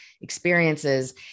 experiences